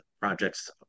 projects